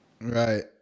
Right